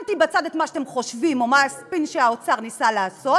שמתי בצד את מה שאתם חושבים או מה הספין שהאוצר ניסה לעשות,